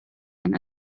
and